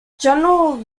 general